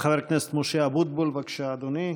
חבר הכנסת משה אבוטבול, בבקשה, אדוני.